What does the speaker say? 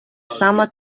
sama